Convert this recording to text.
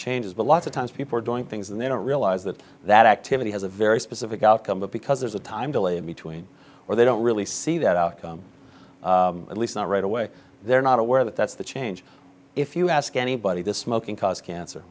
changes but lots of times people are doing things and they don't realise that that activity has a very specific outcome but because there's a time delay between or they don't really see that outcome at least not right away they're not aware that that's the change if you ask anybody to smoking cause cancer